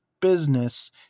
business